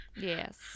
Yes